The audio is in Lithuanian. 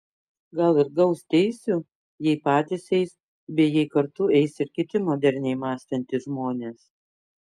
gal ir gaus teisių jei patys eis bei jei kartu eis ir kiti moderniai mąstantys žmonės